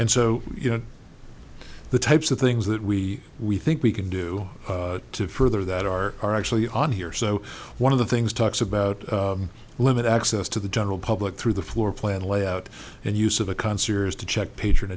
and so you know the types of things that we we think we can do to further that are are actually on here so one of the things talks about limit access to the general public through the floor plan layout and use of a concert is to check patron